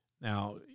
Now